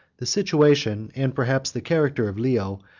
the situation, and perhaps the character, of leo,